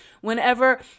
whenever